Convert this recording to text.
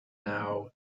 now